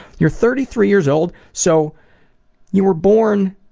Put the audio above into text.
you're thirty-three years old, so you were born.